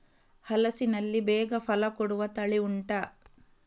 ಹಲಸಿನಲ್ಲಿ ಬೇಗ ಫಲ ಕೊಡುವ ತಳಿ ಉಂಟಾ